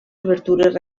obertures